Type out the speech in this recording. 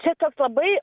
čia toks labai